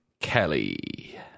Kelly